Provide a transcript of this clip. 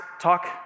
talk